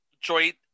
joint